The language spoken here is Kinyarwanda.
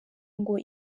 ngo